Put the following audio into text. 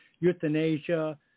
euthanasia